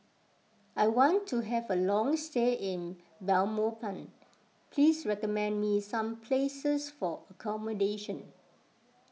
I want to have a long stay in Belmopan please recommend me some places for accommodation